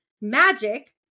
magic